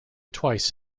twice